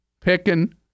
picking